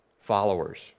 followers